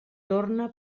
torna